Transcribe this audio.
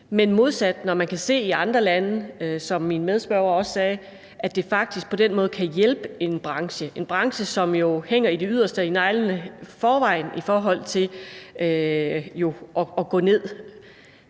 Men når man kan se i andre lande, som min medspørger også sagde, at det faktisk på den måde kan hjælpe en branche – en branche, som jo hænger på med det yderste af neglene i forvejen – kunne det så ikke